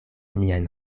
miajn